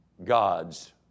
God's